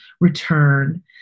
return